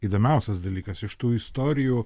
įdomiausias dalykas iš tų istorijų